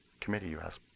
committee you asked